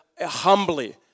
humbly